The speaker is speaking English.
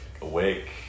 awake